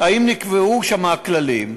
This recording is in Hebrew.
האם נקבעו שם הכללים.